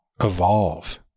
evolve